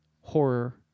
horror